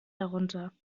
herunter